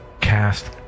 cast